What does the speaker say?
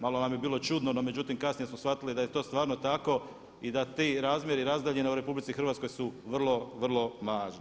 Malo nam je bilo čudno no međutim kasnije smo shvatili da je to stvarno tako i da ti razmjeri i razdaljine u RH su vrlo, vrlo mali.